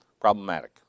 problematic